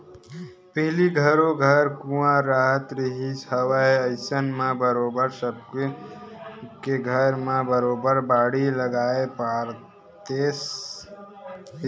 पहिली घरो घर कुँआ राहत रिहिस हवय अइसन म बरोबर सब्बो के घर म बरोबर बाड़ी लगाए पातेस ही